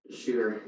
shooter